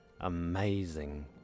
Amazing